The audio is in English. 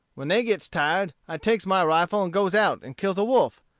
when they gets tired, i takes my rifle and goes out and kills a wolf,